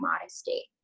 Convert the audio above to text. modesty